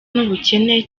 n’ubukene